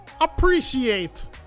appreciate